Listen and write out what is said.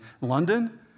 London